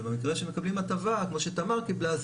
ובמקרה שמקבלים הטבה כמו שתמר קיבלה,